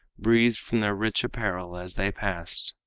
breathed from their rich apparel as they passed.